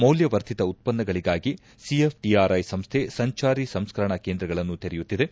ಮೌಲ್ಕವರ್ಧಿತ ಉತ್ಪನ್ನಗಳಿಗಾಗಿ ಸಿಎಫ್ಟಿಆರ್ಐ ಸಂಸ್ಥೆ ಸಂಚಾರಿ ಸಂಸ್ಕರಣ ಕೇಂದ್ರಗಳನ್ನು ತೆರೆಯುತ್ತಿದೆ